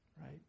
Right